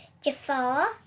Jafar